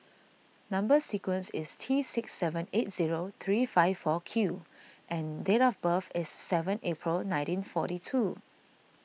Number Sequence is T six seven eight zero three five four Q and date of birth is seven April nineteen forty two